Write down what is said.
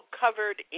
covered